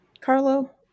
Carlo